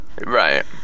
Right